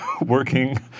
working